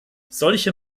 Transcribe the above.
solche